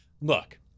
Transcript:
Look